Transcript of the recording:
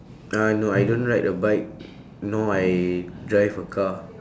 uh no I don't ride a bike nor I drive a car